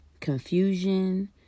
Confusion